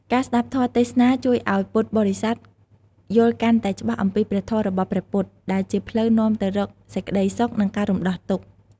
ការស្ដាប់ធម៌ទេសនាជួយឱ្យពុទ្ធបរិស័ទយល់កាន់តែច្បាស់អំពីព្រះធម៌របស់ព្រះពុទ្ធ ដែលជាផ្លូវនាំទៅរកសេចក្តីសុខ និងការរំដោះទុក្ខ។